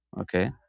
okay